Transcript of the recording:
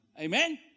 Amen